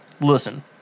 Listen